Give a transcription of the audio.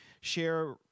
share